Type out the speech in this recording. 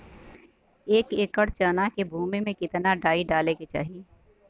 एक एकड़ चना के भूमि में कितना डाई डाले के चाही?